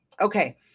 okay